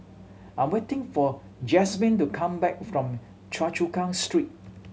I'm waiting for Jasmyne to come back from Choa Chu Kang Street